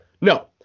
no